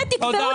ותקבעו